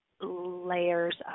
layers